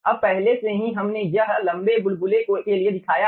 अब पहले से ही हमने यह लंबे बुलबुले के लिए दिखाया है